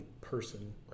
person